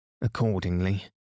Accordingly